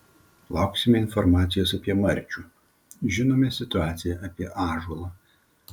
lauksime informacijos apie marčių žinome situaciją apie ąžuolą